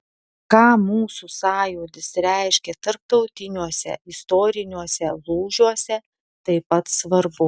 ką mūsų sąjūdis reiškė tarptautiniuose istoriniuose lūžiuose taip pat svarbu